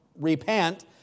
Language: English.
repent